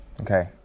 Okay